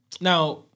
Now